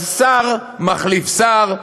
אז שר מחליף שר,